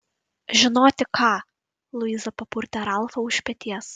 žinoti ką luiza papurtė ralfą už peties